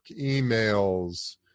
emails